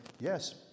yes